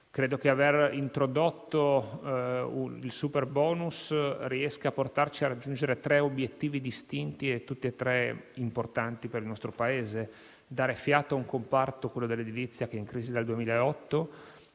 Credo che aver introdotto il superbonus riesca a farci raggiungere tre obiettivi distinti, tutti e tre importanti per il nostro Paese: dare fiato a un comparto, quello dell'edilizia, che è in crisi dal 2008,